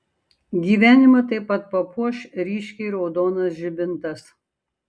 gyvenimą taip pat papuoš ryškiai raudonas žibintas